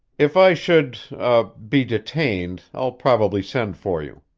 if i should er be detained, i'll probably send for you.